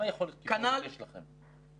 כמה יכולת קיבולת יש לכם?